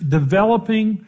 developing